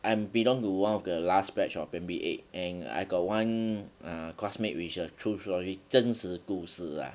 I'm belonged to one of the last batch of primary eight and I got one uh uh classmate which was true story 真实故事 ah